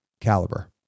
caliber